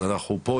אז אנחנו פה,